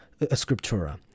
scriptura